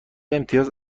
امتیاز